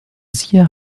siehe